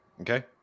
Okay